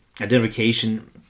Identification